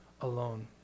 alone